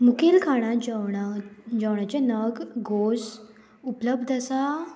मुखेल खाणां जेवणा जेवणांचे नग घोस उपलब्ध आसा